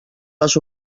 les